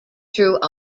through